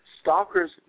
Stalkers